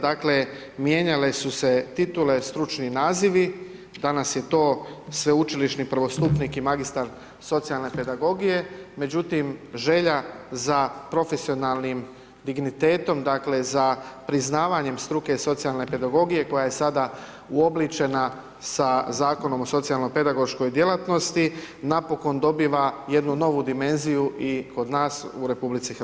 Dakle, mijenjale su se titule stručni nazivi, danas je to sveučilišni prvostupnik i magistar socijalne pedagogije, međutim, želja za profesionalnim dignitetom, dakle, za priznavanje struke socijalne pedagogije, koja je sada uobličena sa Zakonom o socijalno pedagoško djelatnosti, napokon dobiva jednu novu dimenziju i kod nas u RH.